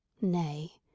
Nay